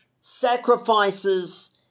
sacrifices